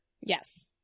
Yes